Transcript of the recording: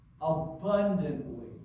abundantly